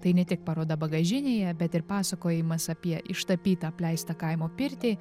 tai ne tik paroda bagažinėje bet ir pasakojimas apie ištapytą apleistą kaimo pirtį